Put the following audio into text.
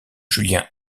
julien